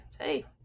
Hey